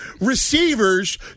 receivers